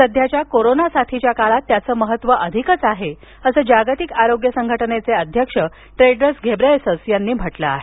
सध्याच्या कोरोना साथीच्या काळात त्याचं महत्त्व अधिक आहे असं जागतिक आरोग्य संघटनेचे अध्यक्ष टेड्रस अधनॉम घेब्रेयेसस यांनी म्हटलं आहे